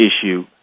issue